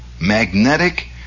magnetic